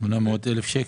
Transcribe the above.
800 מיליון שקל.